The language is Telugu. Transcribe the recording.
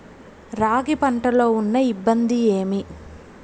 రాగి పంటలో ఉన్న ఇబ్బంది ఏమి?